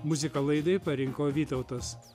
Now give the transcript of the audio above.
muziką laidai parinko vytautas